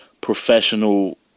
professional